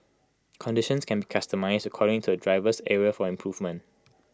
conditions can be customised according to A driver's area for improvement